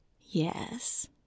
Yes